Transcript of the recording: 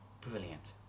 brilliant